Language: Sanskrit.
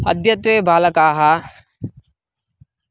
अद्यत्वे बालकाः